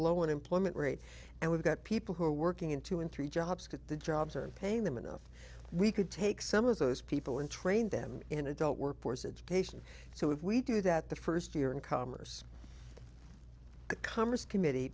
low unemployment rate and we've got people who are working in two and three jobs at the jobs are paying them enough we could take some of those people and train them in adult workforce education so if we do that the first year in commerce commerce committee